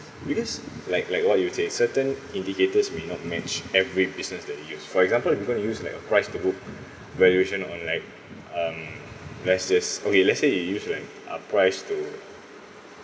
because like like what you say certain indicators may not match every business that you use for example if you're going to use like a price to book valuation on like um let's just okay let's say you use like a price to